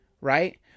right